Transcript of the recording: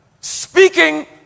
speaking